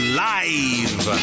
live